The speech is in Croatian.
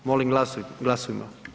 Molim glasujmo.